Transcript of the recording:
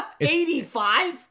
85